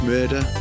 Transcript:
Murder